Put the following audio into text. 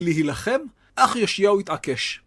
להילחם, אך יאשיהו התעקש.